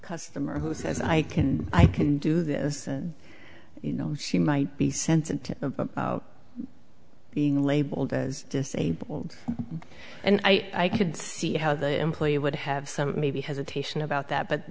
customer who says i can i can do this you know she might be sensitive being labeled as disabled and i could see how the employer would have some maybe hesitation about that but